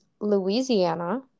Louisiana